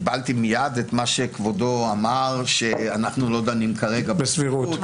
קיבלתי מייד את מה שכבודו אמר שאנחנו לא דנים כרגע בסבירות.